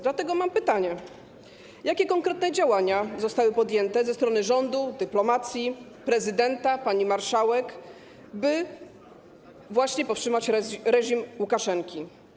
Dlatego mam pytanie, jakie konkretne działania zostały podjęte ze strony rządu, dyplomacji, prezydenta, pani marszałek, by powstrzymać reżim Łukaszenki.